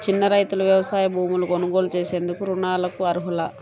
చిన్న రైతులు వ్యవసాయ భూములు కొనుగోలు చేసేందుకు రుణాలకు అర్హులా?